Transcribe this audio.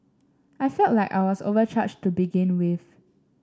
I felt like I was overcharged to begin with